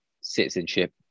citizenship